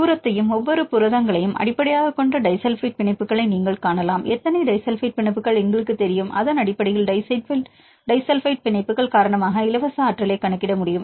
தூரத்தையும் ஒவ்வொரு புரதங்களையும் அடிப்படையாகக் கொண்ட டிஸல்பைட் பிணைப்புகளை நீங்கள் காணலாம் எத்தனை டிஸல்பைட் பிணைப்புகள் எங்களுக்குத் தெரியும் அதன் அடிப்படையில் டிஸல்பைட் பிணைப்புகள் காரணமாக இலவச ஆற்றலைக் கணக்கிட முடியும்